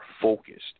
focused